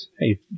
hey